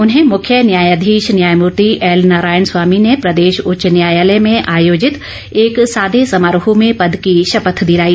उन्हें मुख्य न्यायधीश न्यायमूर्ति एलनारायण स्वामी ने प्रदेश उच्च न्यायालय में आयोजित एक सादे समारोह में पद की शपथ दिलाई